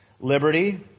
liberty